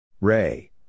Ray